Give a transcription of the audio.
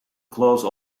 close